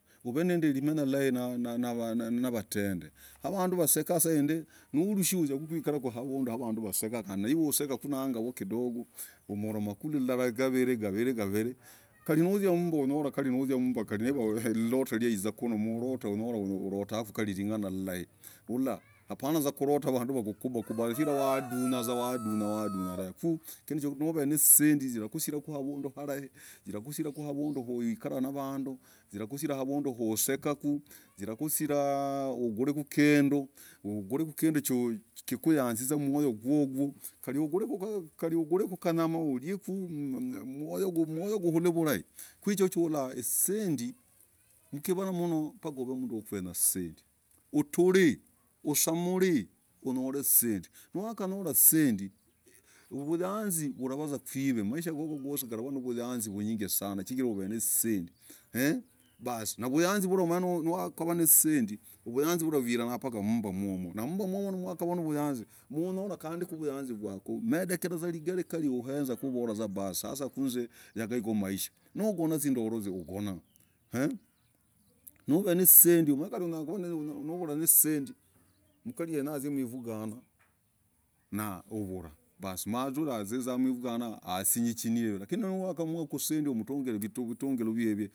Huvunalimenyaa vulai nawatend avanduu wasekuu saindii nolishah uzia kwikarako avunduu yaavanduu wasekaah kandii naiv usekanangavoo kindogoo umolomanga nangavoo kuu lilah gavirii gavirii gavirii karii nozia karii nozia mmmbah kari nozia mmmbah livaa lundotoo yaizakuu lundotoo yaizakuu mlootoo unyolahku ulolahku ling'anah lilai ulah hapana kulotaa vanduu wakubakuba chigirah wadunyaaa vuzaa wandunyaa dahv kuu nauv nazisendii zirakushirah avunduu alaii zirakushirah avunduu wakwikarah navanduu zilakushirah avunduu usekah kuu zirakushirahhhhhhh ugureeku kinduu uvuguleekuu kinduu chayazizaa moyoo gugwoh kali uvuguleku kaaaa kanyamah ulikuu m umoyoo uleekuu vulai nichoo ulah zisendii pana uv mnduu wakwenyaa zisendii utrii usaml pakah unyol zisendii wakanyolah zisendii huvuyazi yalavakwihv manyingi sanah chigirah uvizisendii eeeee basii navuyazii mlwa nakavanazisendii vuyazii vulah izizhah pakah mmmbah momwoo mmmbah momwoo wakanyolah vuyazii unyolah vuyazii yakumendekah novolah basi yangaandio maisha nogonah zindoloo ugonaah m novenazisendii umanye unyalah kuvaa nayoo kali umanye mkere yenyah azi mvunganah basi uvulah natrah azizah vuzaa mvunganah asiikii no wakumwakuu zisendii ugil vitunguo vivieee.